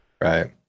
right